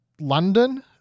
london